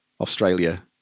Australia